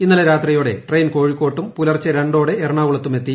ഇന്നലെ രാത്രിയോടെ ട്രെയിൻ കോഴിക്കോട്ടും പുർച്ചെ രണ്ടോടെ എറണാകുളത്തും എത്തി